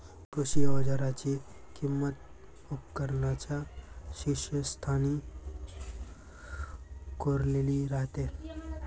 कृषी अवजारांची किंमत उपकरणांच्या शीर्षस्थानी कोरलेली राहते